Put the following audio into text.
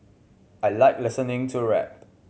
I like listening to rap